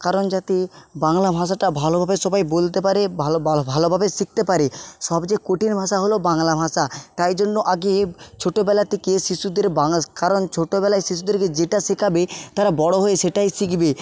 কারণ যাতে বাংলা ভাষাটা ভালোভাবে সবাই বলতে পারে ভালো ভালোভালোভাবে শিখতে পারে সবচেয়ে কঠিন ভাষা হল বাংলা ভাঁষা তাই জন্য আগে ছোটোবেলা থেকে শিশুদের বাং কারণ ছোটোবেলায় শিশুদেরকে যেটা শেখাবে তারা বড়ো হয়ে সেটাই শিখবে